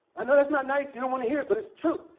i know that's not nice. you don't want to hear it, but it's true.